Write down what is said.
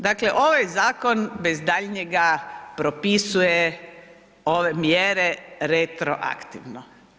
Dakle, ovaj zakon bez daljnjega propisuje ove mjere retroaktivno.